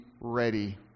ready